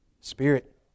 Spirit